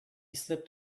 slipped